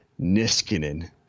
Niskanen